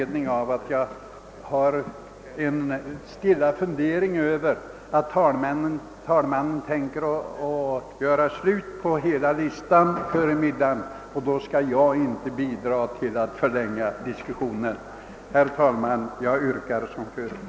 Då jag har en stilla fundering om att herr talmannen tänker göra slut på hela föredragningslistan före middagen, skall jag inte förlänga diskussionen. Herr talman! Jag vidhåller mitt yrkande.